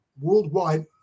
worldwide